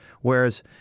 whereas